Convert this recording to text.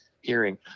hearing